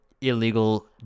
illegal